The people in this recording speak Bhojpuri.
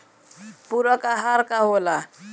पुरक अहार का होला?